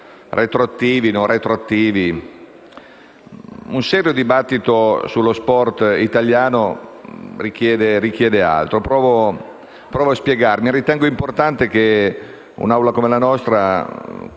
retroattivi oppure no. Un serio dibattito sullo sport italiano richiede altro. Provo a spiegarmi. Ritengo importante che un'Assemblea come la nostra